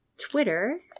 Twitter